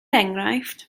enghraifft